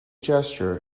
gesture